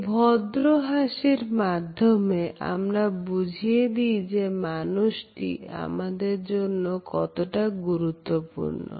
এই ভদ্র হাসির মাধ্যমে আমরা বুঝিয়ে দিই যে মানুষটি আমাদের জন্য কতটা গুরুত্বপূর্ণ